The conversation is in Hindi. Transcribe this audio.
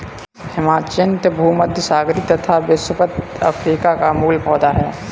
ह्याचिन्थ भूमध्यसागरीय तथा विषुवत अफ्रीका का मूल पौधा है